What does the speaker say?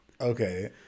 Okay